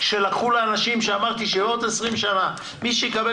כשלקחו לאנשים שאמרתי שבעוד 20 שנים מי שיקבל